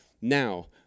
Now